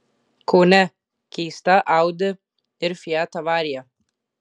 kaune keista audi ir fiat avarija